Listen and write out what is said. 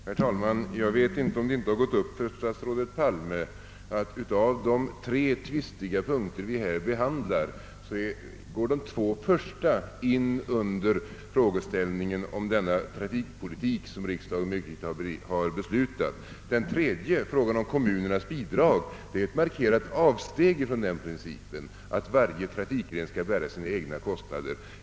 Herr talman! Jag vet inte om det har gått upp för statsrådet Palme att av de tre omtvistade punkter vi här behandlar går de två första in under den trafikpolitik som riksdagen har beslutat. Den tredje frågan, som gäller kommunernas bidrag, innebär däremot ett markant avsteg från principen att varje trafikgren skall bära sina egna kostnader.